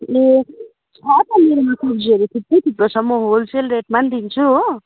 ए छ त मेरोमा सब्जीहरू थुप्रै थुप्रोसम्म होलसेल रेटमा दिन्छु हो